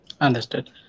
Understood